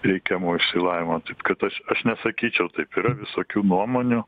reikiamo išsilavinimo taip kad aš aš nesakyčiau taip yra visokių nuomonių